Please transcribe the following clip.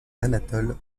anatole